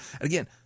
Again